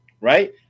right